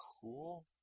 Cool